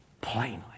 plainly